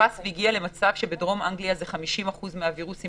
תפס והגיע למצב שבדרום אנגליה הוא 50% מהווירוסים